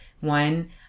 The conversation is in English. one